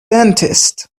dentist